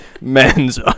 Men's